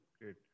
great